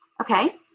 Okay